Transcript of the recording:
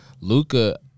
Luca